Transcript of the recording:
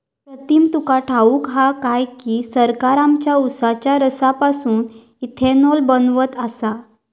प्रीतम तुका ठाऊक हा काय की, सरकार आमच्या उसाच्या रसापासून इथेनॉल बनवत आसा